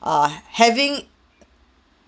err having